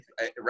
right